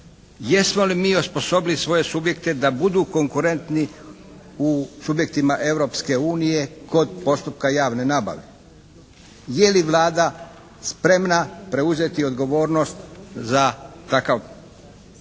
Jesmo li mi osposobili svoje subjekte da budu konkurentni u subjektima Europske unije kod postupka javne nabave? Je li Vlada spremna preuzeti odgovornost za takav